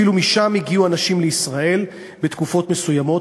שאפילו משם הגיעו אנשים לישראל בתקופות מסוימות,